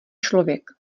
člověk